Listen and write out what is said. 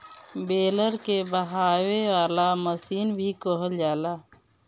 baler के बहावे वाला मशीन भी कहल जाला